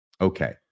Okay